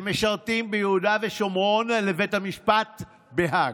שמשרתים ביהודה ובשומרון, לבית המשפט בהאג.